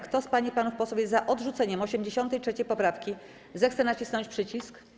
Kto z pań i panów posłów jest za odrzuceniem 83. poprawki, zechce nacisnąć przycisk.